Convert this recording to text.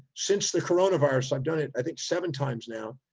since the coronavirus, i've done it, i think seven times now.